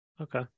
Okay